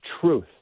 truth